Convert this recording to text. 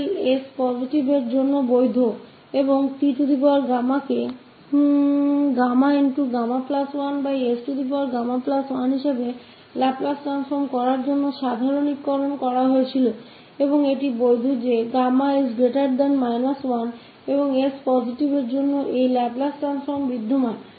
𝑠𝑛1 और यह वैध है 𝑠 positive real के लिए और यह बाद मेसामान्यीकृत किया गया था लाप्लास ट्रान्सफोर्मम ty का पाने क लिए जो है y1s1 और यह वैद्य है 1 और s के पॉजिटिव क लिए यह लाप्लास ट्रांसफॉर्म मौजूद है